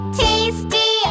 tasty